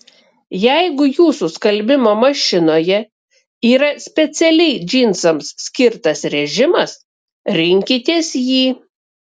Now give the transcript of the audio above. jeigu jūsų skalbimo mašinoje yra specialiai džinsams skirtas režimas rinkitės jį